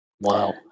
Wow